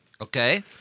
Okay